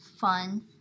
fun